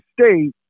State